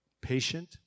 patient